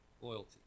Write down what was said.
loyalty